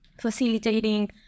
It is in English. facilitating